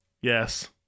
Yes